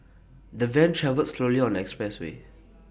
the van travelled slowly on the expressway